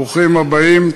ברוכים הבאים.